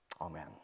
Amen